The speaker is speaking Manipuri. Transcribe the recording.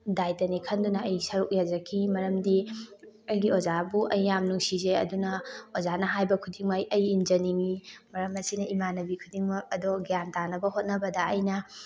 ꯗꯥꯏꯇꯅꯤ ꯈꯟꯗꯨꯅ ꯑꯩ ꯁꯔꯨꯛ ꯌꯥꯖꯈꯤ ꯃꯔꯝꯗꯤ ꯑꯩꯒꯤ ꯑꯣꯖꯥꯕꯨ ꯑꯩ ꯌꯥꯝ ꯅꯨꯡꯁꯤꯖꯩ ꯑꯗꯨꯅ ꯑꯣꯖꯥꯅ ꯍꯥꯏꯕ ꯈꯨꯗꯤꯡꯃꯛ ꯑꯩ ꯏꯟꯖꯅꯤꯡꯉꯤ ꯃꯔꯝ ꯑꯁꯤꯅ ꯏꯃꯥꯟꯅꯕꯤ ꯈꯨꯗꯤꯡꯃꯛ ꯑꯗꯣ ꯒ꯭ꯌꯥꯟ ꯇꯥꯅꯕ ꯍꯣꯠꯅꯕꯗ ꯑꯩꯅ